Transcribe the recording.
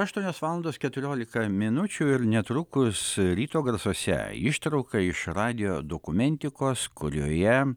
yra aštuonios valandos keturiolika minučių ir netrukus ryto garsuose ištrauka iš radijo dokumentikos kurioje